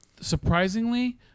Surprisingly